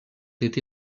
été